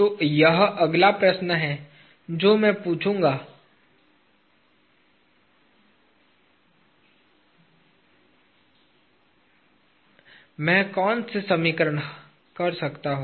तो यह अगला प्रश्न है जो मैं पूछूंगा है मैं कौन से सरलीकरण कर सकता हूं